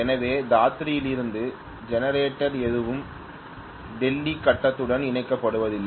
எனவே தாத்ரியிலிருந்து ஜெனரேட்டர் எதுவும் டெல்லி கட்டத்துடன் இணைக்கப்படவில்லை